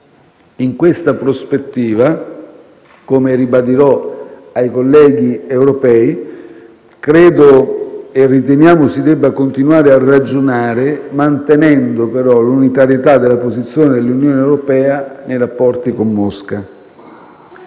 In questa prospettiva, come ribadirò ai colleghi europei, riteniamo si debba continuare a ragionare mantenendo, però, l'unitarietà della posizione dell'Unione europea nei rapporti con Mosca.